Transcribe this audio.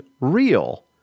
real